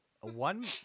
one